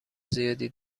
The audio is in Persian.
زیادی